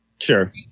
Sure